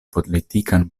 politikan